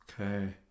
Okay